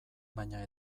baina